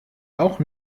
auch